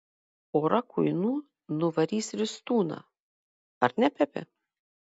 pora kuinų nuvarys ristūną ar ne pepe